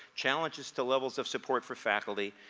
challenges to levels of support for faculty,